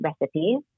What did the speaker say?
recipes